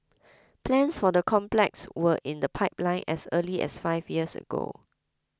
plans for the complex were in the pipeline as early as five years ago